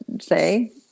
say